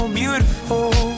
beautiful